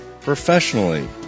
professionally